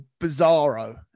Bizarro